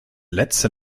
letzte